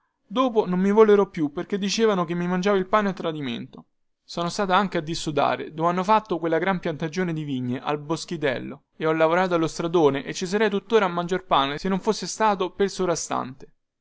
dopo non mi vollero più perchè dicevano che mi mangiavo il pane a tradimento sono stata anche a dissodare dovhanno fatto quella gran piantagione di vigne al boschitello e ho lavorato allo stradone e ci sarei tuttora a mangiar pane se non fosse stato pel soprastante